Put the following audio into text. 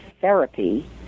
therapy